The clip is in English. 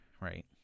right